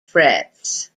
frets